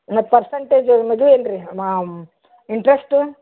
ಮತ್ತು ಪರ್ಸಂಟೇಜು ಮದುವೆ ಅಲ್ಲ ರೀ ಮಾ ಇಂಟ್ರೆಶ್ಟು